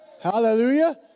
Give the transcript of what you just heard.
Hallelujah